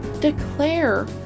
Declare